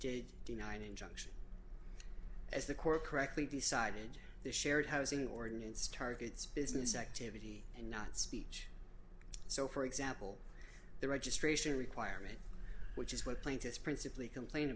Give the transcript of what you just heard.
an injunction as the court correctly decided the shared housing ordinance targets business activity and not speech so for example the registration requirement which is what plaintiffs principally complain